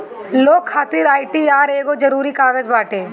loan खातिर ITR एगो जरुरी कागज बाटे